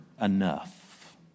enough